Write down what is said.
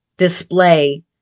display